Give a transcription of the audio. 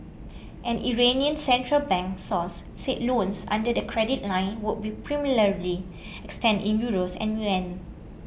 an Iranian central bank source said loans under the credit line would be primarily extended in Euros and yuan